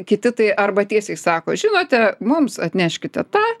kiti tai arba tiesiai sako žinote mums atneškite tą